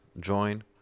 join